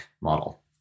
model